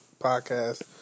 podcast